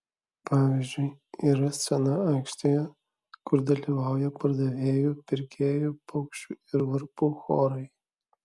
pavyzdžiui yra scena aikštėje kur dalyvauja pardavėjų pirkėjų paukščių ir varpų chorai